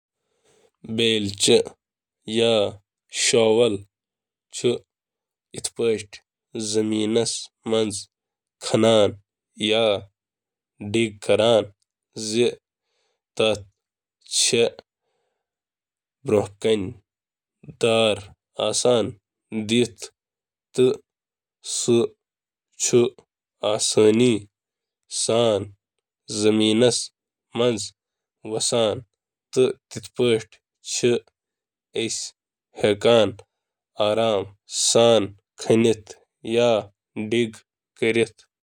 . سخٕت زٔمیٖنَس منٛز کھننہٕ خٲطرٕ کٔرِو اکھ بلیڈُک استعمال یتھ پٮ۪ٹھ اکھ رولڈ قدم آسہِ یہِ ہٮ۪کہِ سہ رخی، گول یا بۄنہٕ کنہِ سیوٚد ٲسِتھ ۔ یِم بیلچہٕ/کدٕر چھِ صارفینَن بلیڈ زٔمیٖنَس منٛز دباونہٕ خٲطرٕ کھۄرَن ہُنٛد دباو تراونُک اِجازت دِوان۔